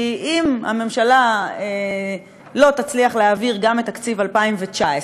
כי אם הממשלה לא תצליח להעביר גם את תקציב 2019,